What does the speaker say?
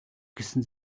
гэсэн